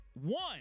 one